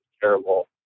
terrible